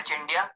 India